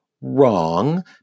Wrong